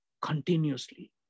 continuously